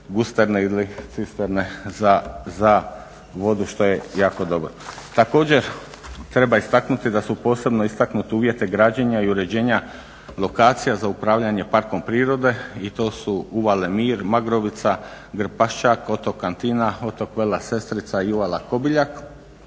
gusterne ili cisterne za vodu što je jako dobro. Također, treba istaknuti da su posebno istaknuti uvjeti građenja i uređenja lokacija za upravljanje parkom prirode i to su Uvale Mir, Magrovica, Grpaščak, Otok Katina, Otok Vela Sestrica i Uvala Kobiljak